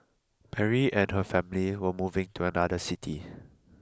Mary and her family were moving to another city